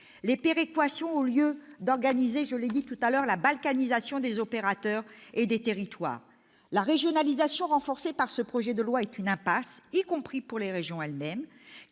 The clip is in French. les péréquations au lieu d'organiser la balkanisation des opérateurs et des territoires. La régionalisation, renforcée par ce projet de loi, est une impasse, y compris pour les régions elles-mêmes,